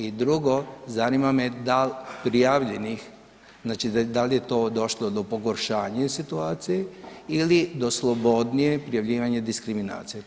I drugo, zanima me dal prijavljenih, znači dal je to došlo do pogoršanja situacije ili do slobodnijeg prijavljivanja diskriminacije?